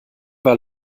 war